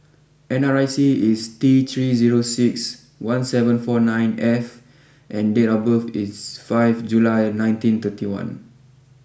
N R I C is T three zero six one seven four nine F and date of birth is five July nineteen thirty one